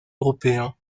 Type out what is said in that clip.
européen